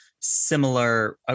similar